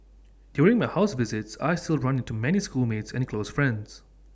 during my house visits I still run into many schoolmates and the close friends